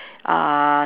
uh